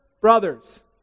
brothers